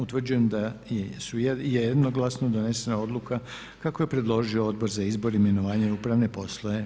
Utvrđujem da je jednoglasno donesena odluka kako je predložio Odbor za izbor, imenovanje i upravne poslove.